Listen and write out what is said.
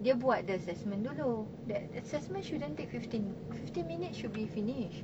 dia buat the assessment dulu that assessment shouldn't take fifteen fifteen minutes should be finish